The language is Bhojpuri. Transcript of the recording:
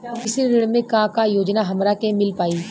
कृषि ऋण मे का का योजना हमरा के मिल पाई?